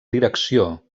direcció